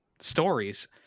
stories